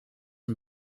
een